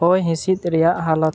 ᱦᱚᱭ ᱦᱤᱸᱥᱤᱫ ᱨᱮᱭᱟᱜ ᱦᱟᱞᱚᱛ